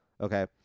Okay